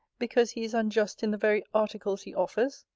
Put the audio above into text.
because he is unjust in the very articles he offers?